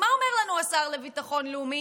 מה אומר לנו השר לביטחון לאומי?